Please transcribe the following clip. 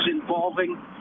involving